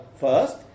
first